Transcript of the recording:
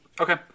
okay